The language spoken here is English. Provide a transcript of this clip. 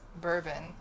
bourbon